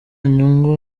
nyungu